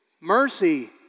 mercy